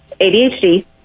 ADHD